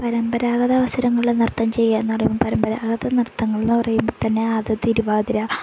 പരമ്പരാഗത അവസരങ്ങളിൽ നൃത്തം ചെയ്യുകയെന്ന് പറയുമ്പോള് പരമ്പരാഗത നൃത്തങ്ങളെന്ന് പറയുമ്പോള് തന്നെ അത് തിരുവാതിരാ